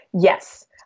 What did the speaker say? Yes